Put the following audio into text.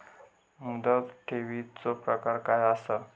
मुदत ठेवीचो प्रकार काय असा?